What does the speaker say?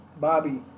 Bobby